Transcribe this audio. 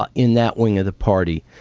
ah in that wing of the party.